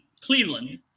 Cleveland